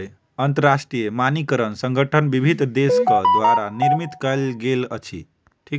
अंतरराष्ट्रीय मानकीकरण संगठन विभिन्न देसक द्वारा निर्मित कयल गेल अछि